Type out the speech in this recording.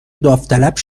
داوطلب